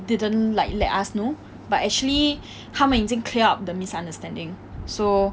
didn't like let us know but actually 他们已经 clear up the misunderstanding so